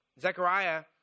Zechariah